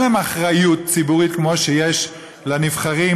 להם אחריות ציבורית כמו שיש לנבחרים,